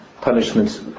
punishments